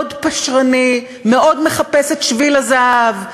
מאוד פשרני, מאוד מחפש את שביל הזהב.